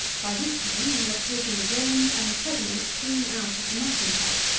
by this time you will have taken the grains and the sediment clean out of the mashing-tub,